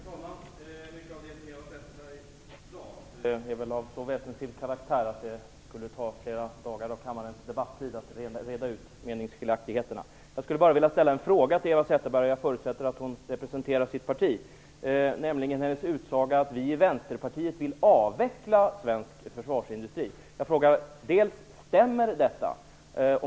Herr talman! Mycket av det som Eva Zetterberg sade är av så väsensskild karaktär att det skulle ta flera dagar av kammarens debattid att reda ut meningsskiljaktigheterna. Jag skulle bara vilja ställa ett par frågor till Eva Zetterberg och jag förutsätter att hon representerar sitt parti. Frågorna gäller hennes utsaga att Vänsterpartiet vill avveckla svensk försvarsindustri. Min första fråga är: Stämmer detta?